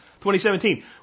2017